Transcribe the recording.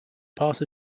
part